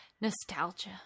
Nostalgia